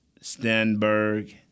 Stenberg